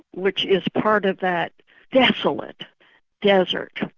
which is part of that desolate desert,